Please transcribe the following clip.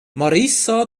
marissa